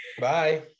Bye